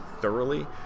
thoroughly